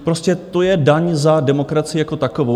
Prostě to je daň za demokracii jako takovou.